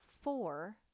four